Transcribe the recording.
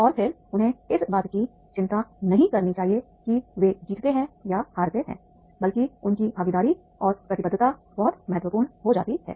और फिर उन्हें इस बात की चिंता नहीं करनी चाहिए कि वे जीतते हैं या हारते हैं बल्कि उनकी भागीदारी और प्रतिबद्धता बहुत महत्वपूर्ण हो जाती है